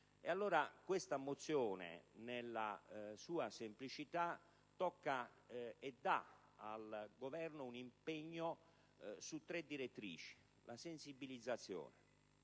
Questa mozione, nella sua semplicità, tocca e dà al Governo un impegno su tre direttrici: la sensibilizzazione,